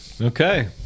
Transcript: Okay